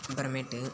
அப்புறமேட்டு